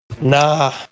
Nah